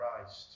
Christ